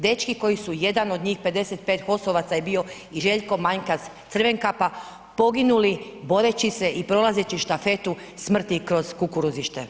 Dečki koji su, jedan od njih, 55 HOS-ovaca je bio, Željko Manjkas Crvenkapa poginuli boreći se i prolazeći štafetu smrti kroz kukuruzište.